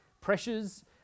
pressures